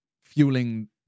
fueling